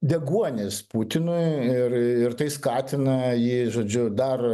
deguonis putinui irir tai skatina jį žodžiu dar